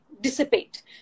dissipate